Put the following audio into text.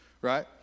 right